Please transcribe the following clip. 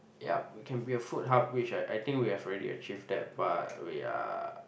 yup we can be a food hub which I I think we have already achieve that but we are